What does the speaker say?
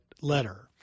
letter